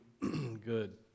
good